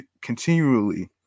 Continually